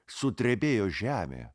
sudrebėjo žemė